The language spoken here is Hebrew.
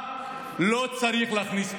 לא צריך להכניס פוליטיקה.